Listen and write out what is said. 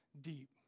deep